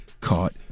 caught